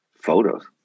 photos